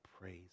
Praise